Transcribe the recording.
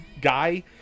guy